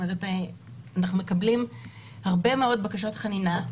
אנחנו מקבלים הרבה מאוד בקשות חנינה,